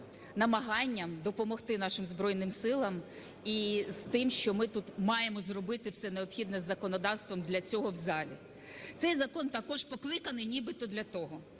намаганням допомогти нашим Збройним Силам і з тим, що ми тут маємо зробити все необхідне з законодавством для цього в залі. Цей закон також покликаний нібито для того.